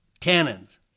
tannins